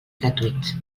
gratuït